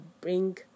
bring